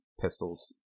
pistols